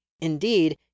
Indeed